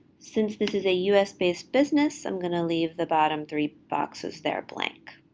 since this is a us-based business, i'm going to leave the bottom three boxes there blank.